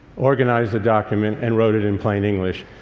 organized the document, and wrote it in plain english.